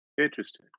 Interesting